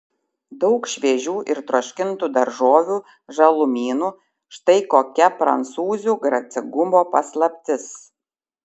daug šviežių ir troškintų daržovių žalumynų štai kokia prancūzių gracingumo paslaptis